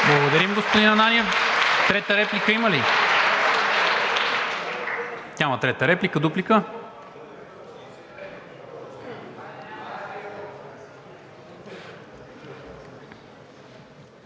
Благодаря, господин Ананиев. Трета реплика има ли? Няма трета реплика. Дуплика.